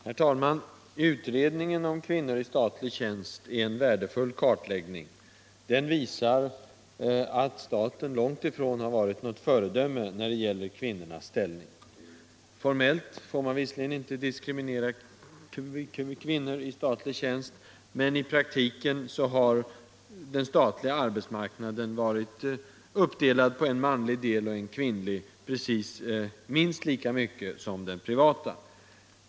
Herr talman! Utredningen om kvinnor i statlig tjänst är en värdefull kartläggning. Den visar att staten långt ifrån har varit något föredöme när det gäller kvinnornas ställning. Formellt får man visserligen inte diskriminera kvinnor i statlig tjänst, men i praktiken har den statliga arbetsmarknaden varit uppdelad på en manlig del och en kvinnlig minst lika mycket som den privata.